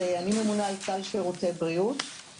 אני ממונה על סל שירותי בריאות בבית החולים.